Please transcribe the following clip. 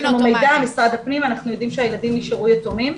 משרד הפנים, אנחנו יודעים שהילדים נשארו יתומים,